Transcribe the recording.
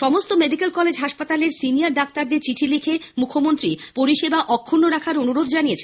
সমস্ত medical college ও হাসপাতালে সিনিয়র ডাক্তারদের চিঠি লিখে মুখ্যমন্ত্রী পরিষেবা অক্ষুন্ন রাখার অনুরোধ জানিয়েছেন